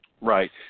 Right